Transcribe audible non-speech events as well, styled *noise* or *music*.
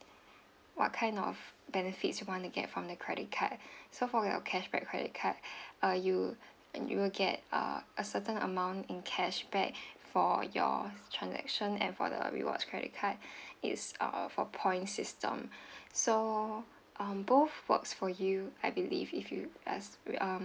what kind of benefits you want to get from the credit card *breath* so for the cashback credit card uh you you will get uh a certain amount in cash back for your transaction and for the rewards credit card *breath* it's out of a points system *breath* so um both works for you I believe if you ask we um